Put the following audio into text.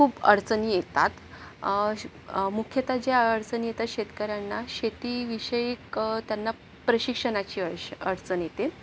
खूप अडचणी येतात श मुख्यत ज्या अडचणी येतात शेतकऱ्यांना शेतीविषयक त्यांना प्रशिक्षणाची अडष अडचण येते